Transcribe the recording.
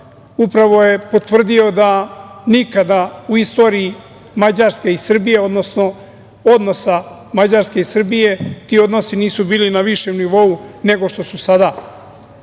upravo je potvrdio da nikada u istoriji odnosa Mađarske i Srbije ti odnosi nisu bili na višem nivou nego što su sada.